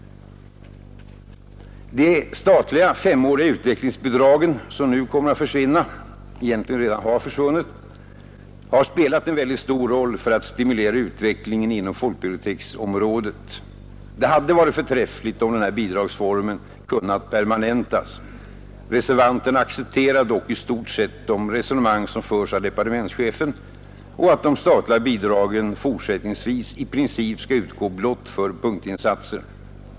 De statliga femåriga utvecklingsbidragen, som nu kommer att försvinna, har spelat stor roll för att stimulera utvecklingen inom folkbiblioteksområdet. Det hade varit förträffligt om den här bidragsformen hade kunnat permanentas. Reservanterna accepterar dock i stort sett det resonemang som förs av departementschefen om att statliga bidrag fortsättningsvis i princip skall utgå blott för punktinsatser.